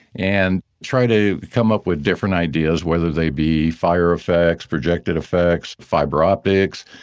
and try to come up with different ideas, whether they be fire effects, projected effects, fiber optics.